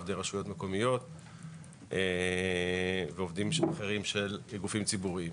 עובדי רשויות מקומיות ועובדים אחרים של גופים ציבוריים.